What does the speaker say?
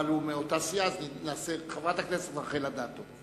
אבל הוא מאותה סיעה, אז חברת הכנסת רחל אדטו.